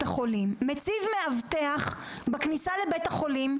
החולים מציב מאבטח בכניסה לבית החולים,